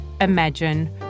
imagine